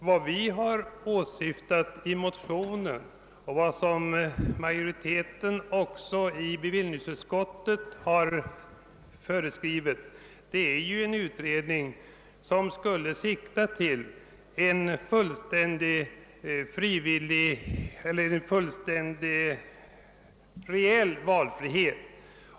Vad vi motionärer har åsyftat — och det har även bevillningsutskottets majoritet förordat — är en utredning som siktar till reell och full valfrihet.